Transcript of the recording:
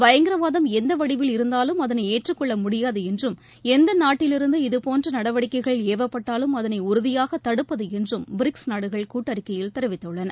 பயங்கரவாதம் எந்த வடிவில் இருந்தாலும் அதனை ஏற்றுக் கொள்ள முடியாது என்றும் எந்த நாட்டிலிருந்து இதபோன்ற நடவடிக்கைகள் ஏவப்பட்டாலும் அதனை உறுதியாக தடுப்பது என்றும் பிரிக்ஸ் நாடுகள் கூட்டறிக்கையில் தெரிவித்துள்ளன